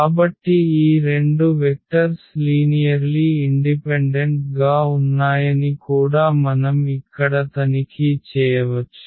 కాబట్టి ఈ రెండు వెక్టర్స్ లీనియర్లీ ఇండిపెండెంట్ గా ఉన్నాయని కూడా మనం ఇక్కడ తనిఖీ చేయవచ్చు